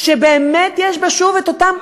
שבאמת יש בה שוב את אותם,